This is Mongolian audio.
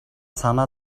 санаа